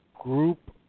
group